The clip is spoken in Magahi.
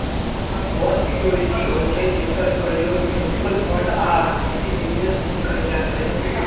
बांड सिक्योरिटी होइ छइ जेकर प्रयोग म्यूच्यूअल फंड आऽ निजी निवेश में कएल जाइ छइ